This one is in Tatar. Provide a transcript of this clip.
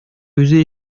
үзе